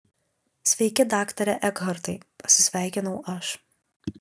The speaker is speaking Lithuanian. sveiki daktare ekhartai pasisveikinau aš